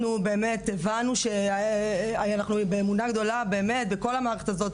אנחנו באמונה גדולה בכל המערכת הזאת,